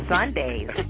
Sundays